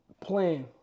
plan